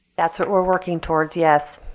that's what we're working towards, yes.